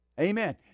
Amen